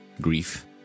grief